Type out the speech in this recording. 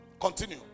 Continue